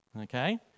okay